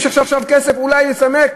יש עכשיו כסף אולי לצמק,